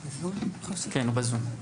כן, הוא בזום.